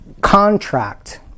Contract